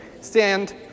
stand